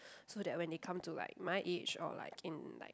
so that when they come to like my age or like in like